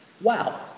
Wow